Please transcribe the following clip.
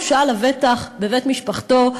הוא שהה לבטח בבית משפחתו,